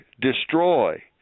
destroy